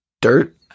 Dirt